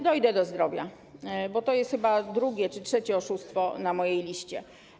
Dojdę do zdrowia, bo to jest drugie czy trzecie oszustwo na mojej liście.